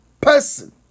person